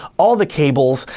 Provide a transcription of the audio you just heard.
all the cables.